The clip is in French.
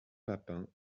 papin